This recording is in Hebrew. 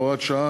הוראת שעה),